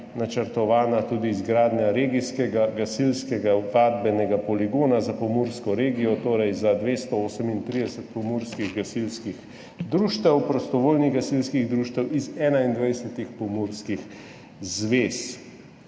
načrtovana tudi izgradnja regijskega gasilskega vadbenega poligona za Pomursko regijo, torej za 238 pomurskih gasilskih društev, prostovoljnih gasilskih društev iz 21 pomurskih zvez.